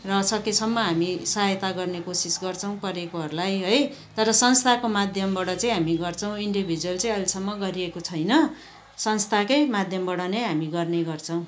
र सकेसम्म हामी सहायता गर्ने कोसिस गर्छौँ परेकोहरूलाई है तर संस्थाको माध्यमबाट चाहिँ हामी गर्छौँ इन्डिभिजुवल चाहिँ अहिलेसम्म गरिएको छैन संस्थाकै माध्यमबाट नै हामी गर्ने गर्छौँ